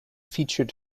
featured